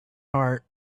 heart